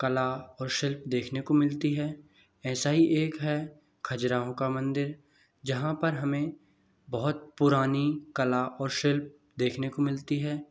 कला और शिल्प देखने को मिलती हैं ऐसा ही एक है खजराहो का मंदिर जहाँ पर हमें बहुत पुरानी कला और शिल्प देखने को मिलती है